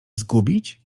zgubić